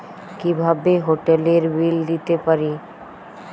কিভাবে হোটেলের বিল দিতে পারি?